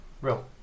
Real